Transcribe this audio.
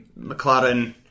McLaren